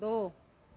दो